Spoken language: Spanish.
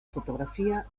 fotografía